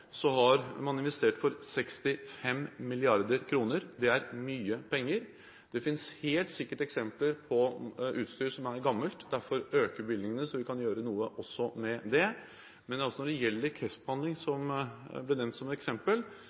har man investert for 65 mrd. kr. Det er mye penger. Det finnes helt sikkert eksempler på utstyr som er gammelt. Derfor øker vi bevilgningene, slik at vi også kan gjøre noe med det. Når det gjelder kreftbehandling, som ble nevnt som eksempel,